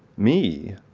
me.